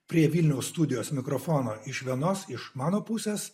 prie vilniaus studijos mikrofono iš vienos iš mano pusės